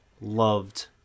loved